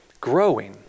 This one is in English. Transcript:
growing